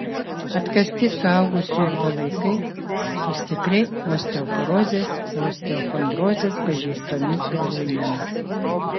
atkasti suaugusiųjų palaikai su stipriai osteoporozės osteochondrozės pažeistomis galūnėmis